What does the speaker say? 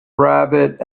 rabbit